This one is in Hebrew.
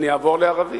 אני אעבור לערבית,